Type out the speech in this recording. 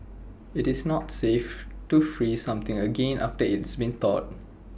IT is not safe to freeze something again after IT has been thawed